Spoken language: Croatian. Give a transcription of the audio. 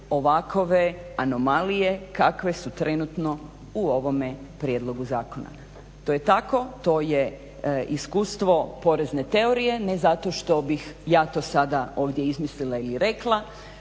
ovakve anomalije kakve su trenutno u ovome prijedlogu zakona. To je tako, to je iskustvo porezne teorije. Ne zato što bih ja to sada ovdje izmislila ili rekla